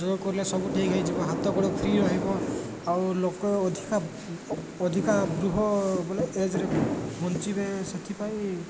ଯୋଗ କଲେ ସବୁ ଠିକ୍ ହେଇଯିବ ହାତ ଗୋଡ଼ ଫ୍ରି ରହିବ ଆଉ ଲୋକ ଅଧିକା ଅଧିକା ବୃହ ବୋଲେ ଏଜ୍ରେ ବଞ୍ଚିବେ ସେଥିପାଇଁ